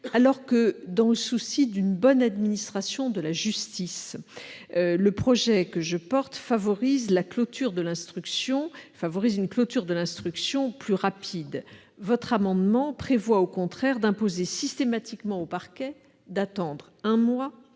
Alors que dans le souci d'une bonne administration de la justice, le projet de loi que je défends favorise une clôture de l'instruction plus rapide, votre amendement tend au contraire à imposer systématiquement au parquet d'attendre un mois